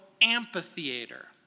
amphitheater